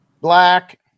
black